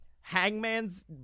Hangman's